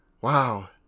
Wow